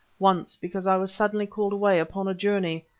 once because i was suddenly called away upon a journey,